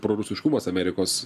prorusiškumas amerikos